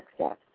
success